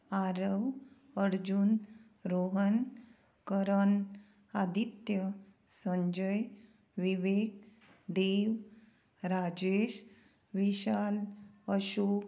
Aarav Arjun Rohan Karan Aditya Sanjay Vivek Dev Rajesh Vishal Ashok